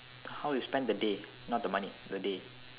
how you spend the day not the money the day